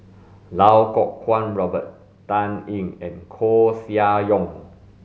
Iau Kuo Kwong Robert Dan Ying and Koeh Sia Yong